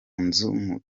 nzu